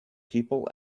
people